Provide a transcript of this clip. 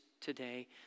today